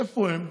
איפה הם?